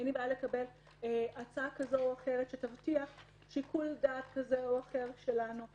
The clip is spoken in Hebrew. אין לי בעיה לקבל הצעה כזאת או אחרת שתבטיח שיקול דעת כזה או אחר שלנו,